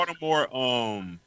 Baltimore